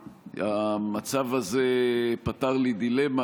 שהמצב הזה פתר לי דילמה,